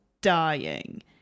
dying